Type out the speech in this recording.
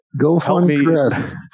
GoFundMe